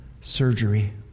surgery